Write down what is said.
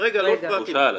לא הפרעתי לך.